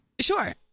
Sure